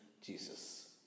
Jesus